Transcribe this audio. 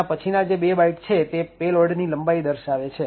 એના પછીના બે બાઈટ છે તે પેલોડ ની લંબાઈ દર્શાવે છે